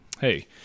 Hey